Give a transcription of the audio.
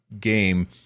game